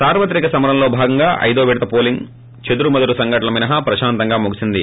సార్వత్రిక సమరంలో భాగంగా ఐదో విడత పోలింగ్ చదురు మదురు సంఘటనలు మినహా ప్రశాంతంగా ముగిసింది